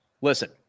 Listen